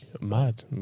Mad